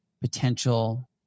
potential